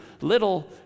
little